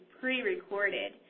pre-recorded